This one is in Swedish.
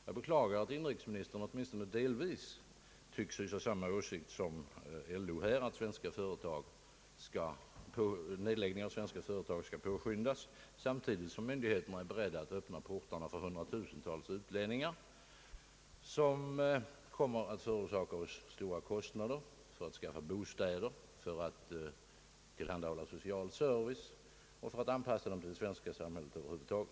Jag beklagar att inrikesministern åtminstone delvis tycks hysa samma åsikt som LO i förevarande fråga, nämligen att nedläggningen av svenska företag skall påskyndas samtidigt som myndigheterna är beredda att öppna portarna för hundratusentals utlänningar som kommer att förorsaka oss stora kostnader när det gäller att skaffa bostäder, att tillhandahålla social service och att anpassa dem till det svenska samhället över huvud taget.